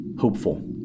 hopeful